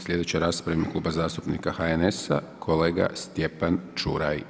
Slijedeća rasprava u ime Kluba zastupnika HNS-a, kolega Stjepan Čuraj.